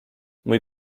mój